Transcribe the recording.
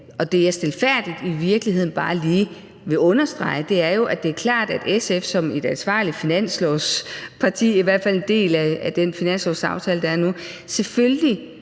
og det jeg stilfærdigt i virkeligheden bare lige vil understrege, er jo, at det er klart, at SF som et ansvarligt finanslovsparti, i hvert fald som en del af den finanslovsaftale, der er nu, selvfølgelig